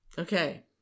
Okay